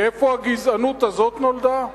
מאיפה הגזענות הזאת נולדה?